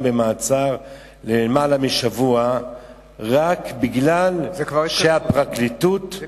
במעצר למעלה משבוע רק מכיוון שהפרקליטות,